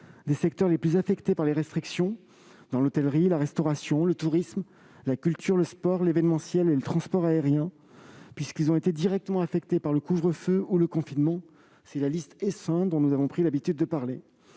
des secteurs les plus affectés par les restrictions- l'hôtellerie, la restauration, le tourisme, la culture, le sport, l'événementiel et le transport aérien -, puisque ces secteurs ont été directement touchés par le couvre-feu ou le confinement- nous avons pris l'habitude de les